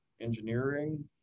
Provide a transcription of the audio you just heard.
engineering